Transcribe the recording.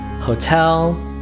hotel